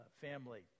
family